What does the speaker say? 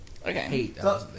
Okay